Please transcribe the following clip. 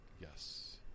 Yes